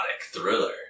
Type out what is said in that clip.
thriller